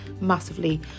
massively